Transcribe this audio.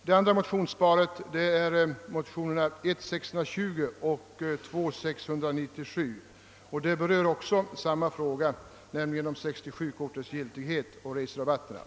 Det andra motionsparet, 1:620 och 11: 697, berör också 67-kortets giltighet och reserabatterna.